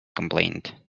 complained